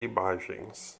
imagens